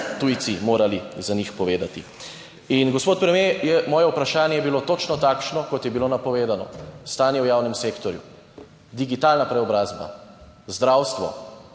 tujci morali povedati za njih. Gospod premier, moje vprašanje je bilo točno takšno, kot je bilo napovedano, stanje v javnem sektorju, digitalna preobrazba, zdravstvo,